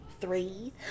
three